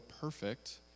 perfect